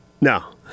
No